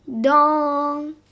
Dong